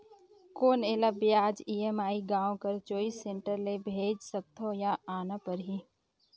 कौन एला ब्याज ई.एम.आई गांव कर चॉइस सेंटर ले भेज सकथव या आना परही?